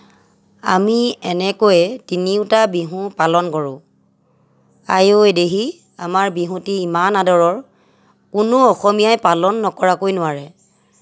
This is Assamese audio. আমি এনেকৈয়ে তিনিওটা বিহু পালন কৰোঁ আই ঐ দেহি আমাৰ বিহুটি ইমান আদৰৰ কোনো অসমীয়াই পালন নকৰাকৈ নোৱাৰে